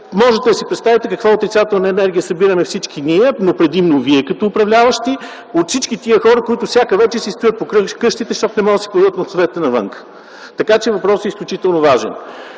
Можете да си представите каква отрицателна енергия събираме всички ние, но предимно вие като управляващи, от всички тези хора, които всяка вечер си стоят по къщите, защото не могат да си подадат носовете навън. Така че въпросът е изключително важен.